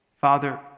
Father